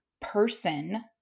person